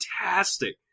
fantastic